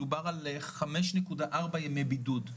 מדובר על חמישה נקודה ארבעה ימי בידוד.